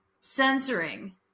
censoring